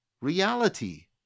reality